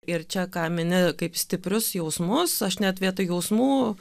ir čia ką mini kaip stiprius jausmus aš net vietoj jausmų